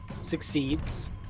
succeeds